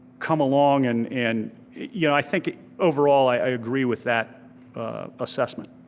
come along and and you know i think overall, i agree with that assessment.